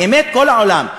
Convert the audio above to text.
באמת כל העולם,